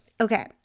Okay